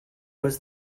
was